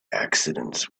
accidents